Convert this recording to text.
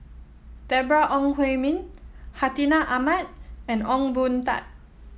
Deborah Ong Hui Min Hartinah Ahmad and Ong Boon Tat